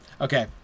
Okay